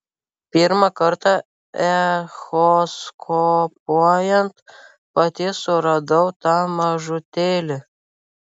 pirmą kartą echoskopuojant pati suradau tą mažutėlį